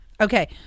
Okay